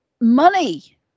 money